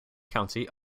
county